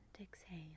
exhale